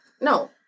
No